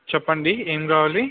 చెప్పండి ఏం కావాలి